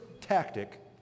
tactic